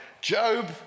Job